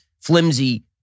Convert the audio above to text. flimsy